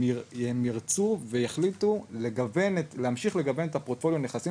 הם ירצו ויחליטו להמשיך לגוון את פרוטוקול הנכסים